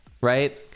right